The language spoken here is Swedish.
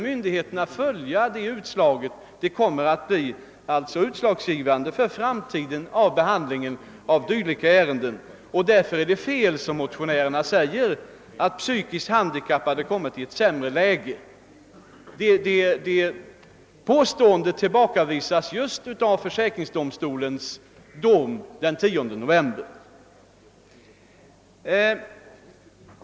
Myndigheterna måste följa försäkringsdomstolens utslag — domen blir utslagsgivande för framtiden för behandlingen av dylika ärenden. Därför är det fel av motionärerna att säga, att de psykiskt handikappade har kommit i ett sämre läge. Detta påstående tillbakavisas just av försäkringsdomstolens dom den 10 november.